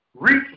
reach